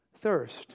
thirst